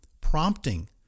prompting